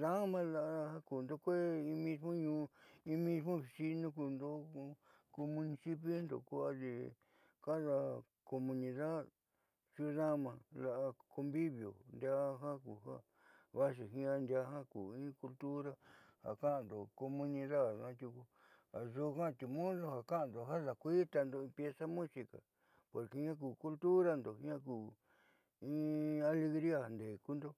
taadama la'a ja kuundo kúee in mismo ñuun in mismo vecino kuundo ko municipiondo ko adi cada comunidad xuudáma la'a convivio nodiaa jiaa ku ja vaaxi ndiaa jiaa ku in cultura ja ka'ando ja daakuiitando in pieza de musica porque jiaa ku in culturando jiaa jiaa ku in alegría jaandeekundo.